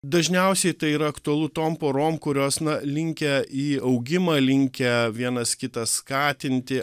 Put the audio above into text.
dažniausiai tai yra aktualu tom porom kurios na linkę į augimą linkę vienas kitą skatinti